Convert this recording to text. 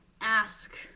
ask